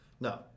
No